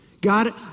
God